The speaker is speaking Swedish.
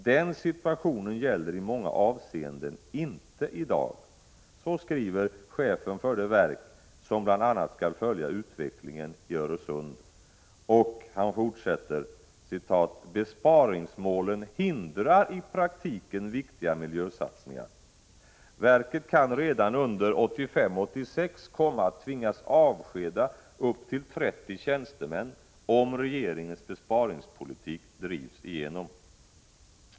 ”Den situationen gäller i många avseenden inte i dag”, skriver chefen för det verk som bl.a. skall följa utvecklingen i Öresund, och han fortsätter: ”Besparingsmålen hindrar i praktiken viktiga miljösatsningar.” Verket kan redan under 1985/86 komma att tvingas avskeda upp till 30 tjänstemän om regeringens besparingspolitik drivs igenom.